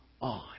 on